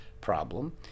problem